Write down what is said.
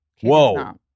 whoa